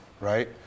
right